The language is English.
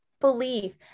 believe